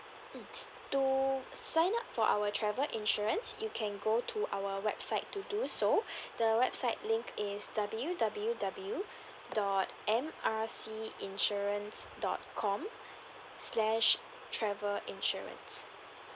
mm to sign up for our travel insurance you can go to our website to do so the website link is W_W_W dot M R C insurance dot com slash travel insurance